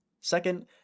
Second